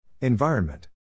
Environment